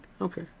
Okay